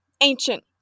Ancient